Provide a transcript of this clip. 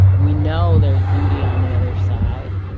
we know there's beauty on the other side,